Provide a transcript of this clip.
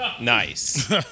Nice